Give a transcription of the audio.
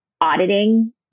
auditing